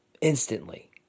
instantly